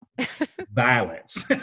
violence